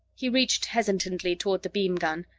he reached hesitantly toward the beam-gun,